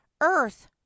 earth